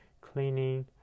cleaning